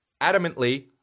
adamantly